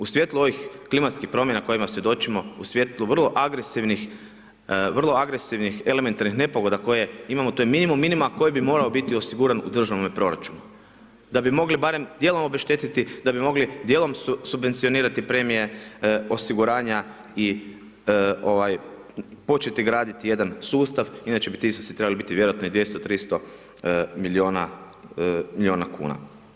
U svijetlu ovih klimatskih promjena kojima svjedočimo, u svijetlu vrlo agresivnih elementarnih nepogoda koje imamo, to je minimum minimuma koji bi morao biti osiguran u državnom proračunu, da bi mogli barem dijelom obeštetiti, da bi mogli dijelom subvencionirati premije osiguranja i početi graditi jedan sustav, inače bi ti iznosi trebali biti vjerojatno i 200, 300 milijuna kuna.